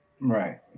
Right